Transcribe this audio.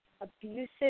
abusive